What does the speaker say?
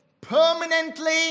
Permanently